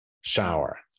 Shower